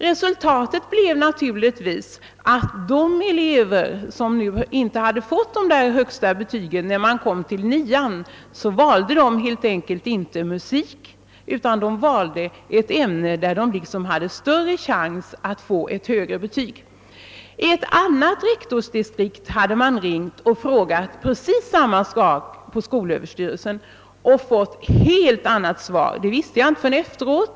Resultatet var att de elever, som inte fått de högsta betygen, i klass 9 helt enkelt inte valde musik utan ett ämne där de hade större chans att erhålla ett högre betyg. Från ett annat rektorsdistrikt hade man också ringt till Sö och frågat om precis samma sak men fått ett helt annat svar. Det visste jag inte förrän efteråt.